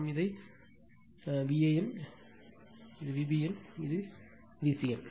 நாம் இதை என் Van இது என் Vbn இது என் Vcn